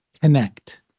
connect